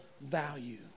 value